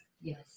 Yes